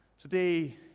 Today